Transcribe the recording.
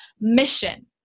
mission